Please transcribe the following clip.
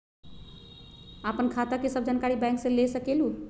आपन खाता के सब जानकारी बैंक से ले सकेलु?